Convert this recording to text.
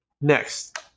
Next